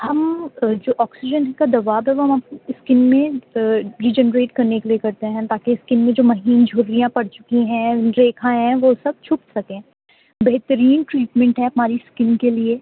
ہم جو آکسیجن کا دباؤ ہے وہ ہم اسکن میں ری جنریٹ کرنے کے لیے کرتے ہیں تاکہ اسکن میں جو مہین جھریاں پڑ چکی ہیں ریکھائیں ہیں وہ سب چھپ سکیں بہترین ٹریٹمینٹ ہے ہماری اسکن کے لیے